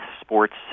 sports